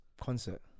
Concert